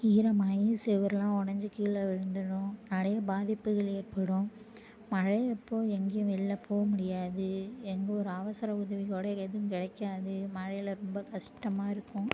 ஈரமாகி செவருலாம் உடஞ்சி கிழே விழுந்துடும் நிறைய பாதிப்புகள் ஏற்படும் மழை அப்போது எங்கேயும் வெளில போக முடியாது எங்கே ஒரு அவசர உதவி கூட எதுவும் கிடைக்காது மழையில் ரொம்ப கஷ்டமாக இருக்கும்